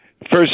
First